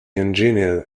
engineer